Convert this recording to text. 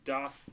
Das